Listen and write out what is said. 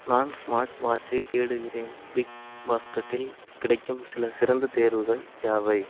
நான் ஸ்மார்ட்வாட்ச்சைத் தேடுகிறேன் பிக்பாஸ்கெட்டில் கிடைக்கும் சில சிறந்த தேர்வுகள் யாவை